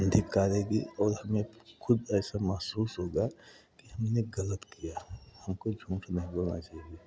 धिक्कारेगी और हमें खुद ऐसा महसूस होगा कि हमने गलत किया हमको झूठ नहीं बोलना चाहिए